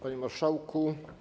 Panie Marszałku!